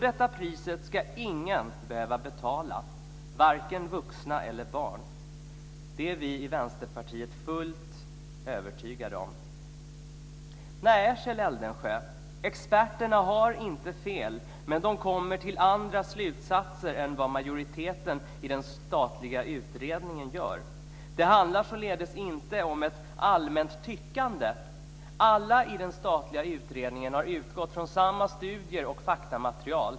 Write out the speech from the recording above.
Detta pris ska ingen behöva betala, vare sig vuxna eller barn. Det är vi i Vänsterpartiet fullt övertygade om. Nej, Kjell Eldensjö, experterna har inte fel! Men de kommer till andra slutsatser än vad majoriteten i den statliga utredningen gör. Det handlar således inte om ett allmänt tyckande. Alla i den statliga utredningen har utgått från samma studier och faktamaterial.